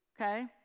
okay